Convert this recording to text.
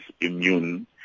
immune